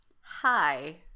hi